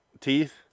teeth